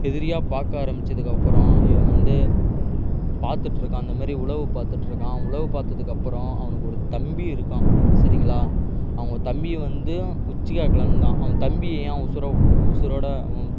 எதிரியாக பார்க்க ஆரம்பிச்சதுக்கப்புறம் இவன் வந்து பார்த்துட்ருக்கான் இந்தமாரி உளவு பார்த்துட்ருக்கான் உளவு பார்த்ததுக்கப்பறம் அவனுக்கு ஒரு தம்பி இருக்கான் சரிங்களா அவங்க தம்பியை வந்து உச்சிக்கா க்ளான் தான் அவன் தம்பியை என் உசுர உட் உசுரோடு